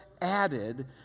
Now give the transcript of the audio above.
added